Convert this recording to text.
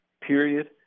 period